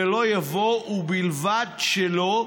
ולא" יבוא "ובלבד שלא".